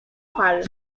fal